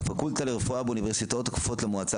הפקולטה לרפואה באוניברסיטאות הכפופות למועצה